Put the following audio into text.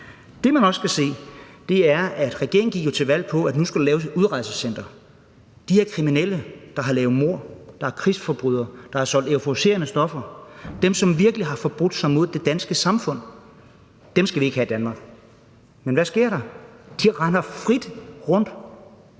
Det, man også skal se, er, at regeringen jo gik til valg på, at der nu skulle laves et udrejsecenter for de kriminelle, der har begået mord, krigsforbrydere, dem, der har solgt euforiserende stoffer, dem, som virkelig har forbrudt sig mod det danske samfund. Dem skal vi ikke have i Danmark. Men hvad sker der? De render frit rundt.